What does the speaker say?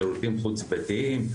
שירותים חוץ ביתיים,